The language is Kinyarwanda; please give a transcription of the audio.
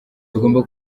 tugomba